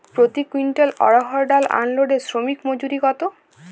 প্রতি কুইন্টল অড়হর ডাল আনলোডে শ্রমিক মজুরি কত?